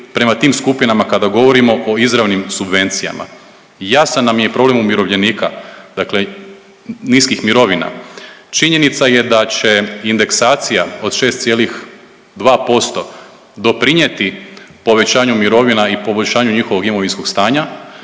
prema tim skupinama kada govorimo o izravnim subvencijama. I jasan nam je problem umirovljenika, dakle niskih mirovina. Činjenica je da će indeksacija od 6,2% doprinijeti povećanju mirovina i poboljšanju njihovog imovinskog stanja.